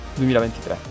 2023